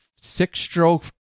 six-stroke